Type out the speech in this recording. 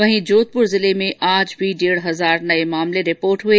वहीं जोधपुर जिले में आज भी डेढ़ हजार नये मामले रिपोर्ट हुए